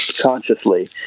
consciously